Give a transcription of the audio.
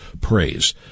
praise